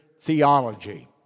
theology